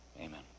amen